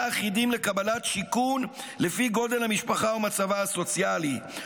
אחידים לקבלת שיכון לפי גודל המשפחה ומצבה הסוציאלי,